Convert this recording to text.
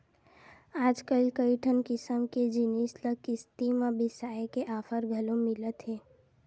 आजकल कइठन किसम के जिनिस ल किस्ती म बिसाए के ऑफर घलो मिलत हे